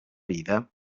vida